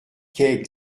quai